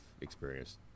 experienced